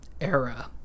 era